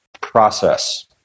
process